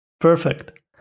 Perfect